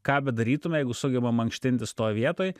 ką bedarytume jeigu sugebam mankštintis toj vietoj